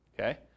okay